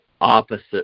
opposite